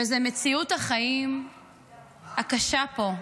וזה מציאות החיים הקשה פה,